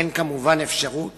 אין כמובן אפשרות